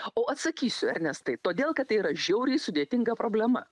o atsakysiu ernestai todėl kad tai yra žiauriai sudėtinga problema